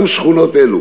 גם שכונות אלה